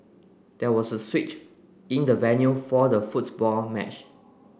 there was a switch in the venue for the football match